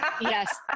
Yes